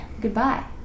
Goodbye